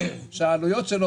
שהעלויות שלו,